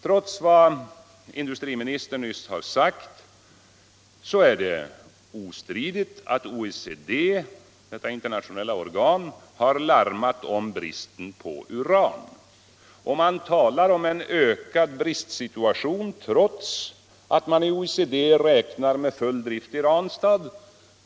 Trots vad industriministern nyss har sagt är det ostridigt att OECD -— det internationella organet — har alarmerat om bristen på uran. Man talar om en förvärrad bristsituation trots att man i OECD räknar med full drift i Ranstad.